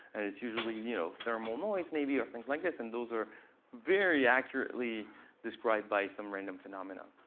and it's usually and you know thermal noise maybe, or things like this. and those are very accurately described by some random phenomenon.